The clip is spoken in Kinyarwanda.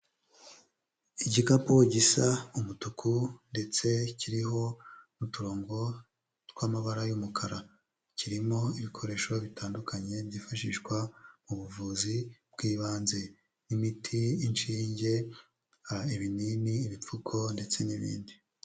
Igikapu gisa umutuku ndetse kiriho n'uturongo tw'amabara y'umukara, kirimo ibikoresho bitandukanye byifashishwa mu buvuzi bw'ibanze, nk'imiti inshinge ibinini ibipfuko ndetse n'ibindi.